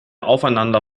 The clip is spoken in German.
aufeinander